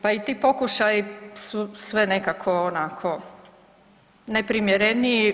Pa i ti pokušaji su sve nekako onako neprimjereniji.